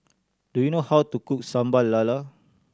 do you know how to cook Sambal Lala